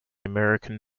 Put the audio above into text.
american